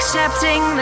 Accepting